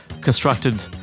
constructed